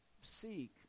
seek